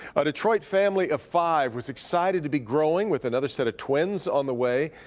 a detroit family of five was excited to be growing with another set of twins on the way.